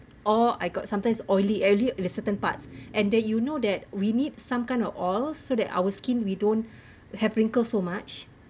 or I got sometimes oily earlier at a certain parts and that you know that we need some kind of oil so that our skin we don't have wrinkles so much